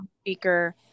speaker